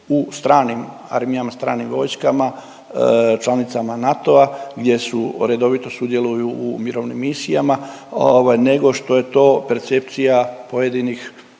u stranim armijama, stranim vojskama članicama NATO-a, gdje redovito sudjeluju u mirovnim misijama nego što je to percepcija pojedinih